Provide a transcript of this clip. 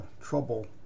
trouble